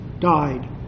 died